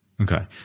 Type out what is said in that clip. Okay